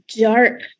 dark